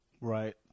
Right